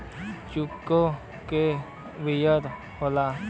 चुकावे क ब्योरा होला